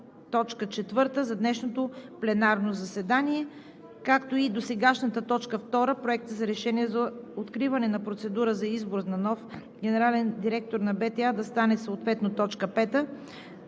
четвърта за днешното пленарно заседание. Досегашната точка втора – Проект за решение за откриване на процедура за избор на нов генерален директор на БТА, да стане съответно точка